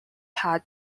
had